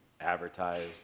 advertised